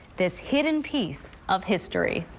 this hidden piece of history.